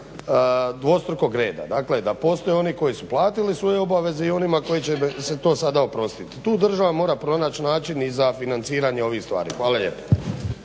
dvostrukog reda, dakle da postoje oni koji su platili svoje obaveze i onima kojima će se to sada oprostiti. Tu država mora pronaći način i za financiranje ovih stvari. Hvala lijepa.